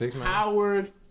Howard